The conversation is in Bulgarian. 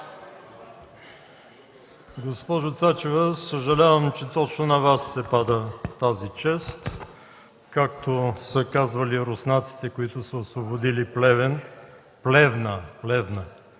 Госпожо Цачева, съжалявам, че на Вас се пада тази чест, както са казвали руснаците, които са освободили Плевен – Плевна,